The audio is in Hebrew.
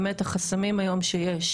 באמת החסמים שיש היום